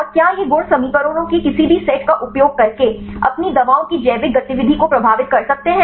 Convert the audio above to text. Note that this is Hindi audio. और क्या ये गुण समीकरणों के किसी भी सेट का उपयोग करके अपनी दवाओं की जैविक गतिविधि को प्रभावित कर सकते हैं